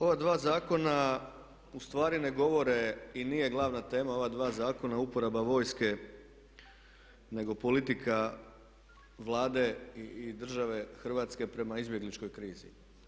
Ova dva zakona u stvari ne govore i nije glavna tema ova dva zakona uporaba vojske nego politika Vlade i države Hrvatske prema izbjegličkoj krizi.